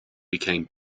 became